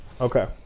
Okay